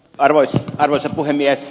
arvoisa puhemies